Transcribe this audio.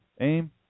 aim